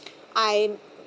I